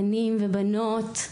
בנים ובנות,